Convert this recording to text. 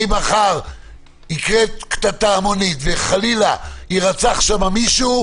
אם מחר תקרה קטטה המונית וחלילה יירצח שם מישהו,